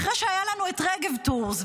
אחרי שהיה לנו את רגב טורס,